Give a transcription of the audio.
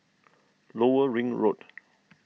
Lower Ring Road